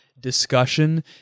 discussion